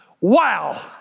Wow